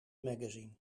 magazine